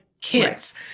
kids